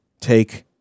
take